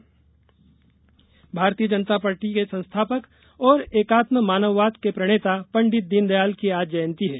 दीनदयाल जयंती भारतीय जनता पार्टी के संस्थापक और एकात्म मानववाद के प्रणेता पण्डित दीनदयाल की आज जयंती है